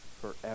forever